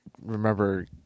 remember